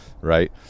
Right